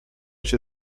się